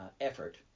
effort